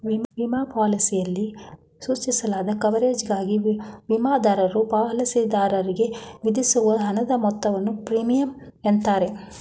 ವಿಮಾ ಪಾಲಿಸಿಯಲ್ಲಿ ಸೂಚಿಸಲಾದ ಕವರೇಜ್ಗಾಗಿ ವಿಮಾದಾರರು ಪಾಲಿಸಿದಾರರಿಗೆ ವಿಧಿಸುವ ಹಣದ ಮೊತ್ತವನ್ನು ಪ್ರೀಮಿಯಂ ಎನ್ನುತ್ತಾರೆ